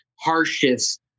harshest